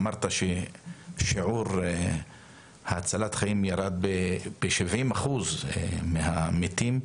אמרת ששיעור ההצלת חיים ירד בשבעים אחוז מהמתים.